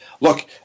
look